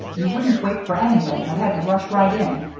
you wouldn't wait for anything, but had to rush right in.